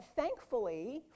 thankfully